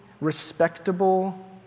respectable